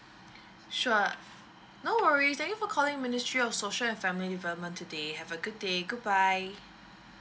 sure no worries thank you for calling ministry of social and family development today have a good day goodbye